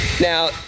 Now